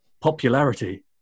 popularity